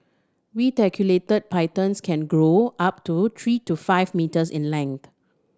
reticulated pythons can grow up to three to five metres in length